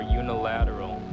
unilateral